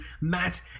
Matt